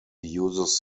uses